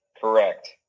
correct